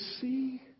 see